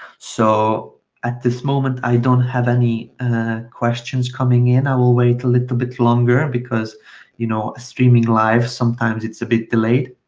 so at this moment i don't have any questions coming in. i will wait a little bit longer, because you know streaming live, sometimes it's a bit delayed.